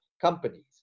companies